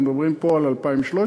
אנחנו מדברים פה על 2,300,